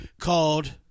called